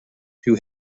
who